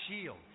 Shield